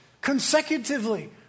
consecutively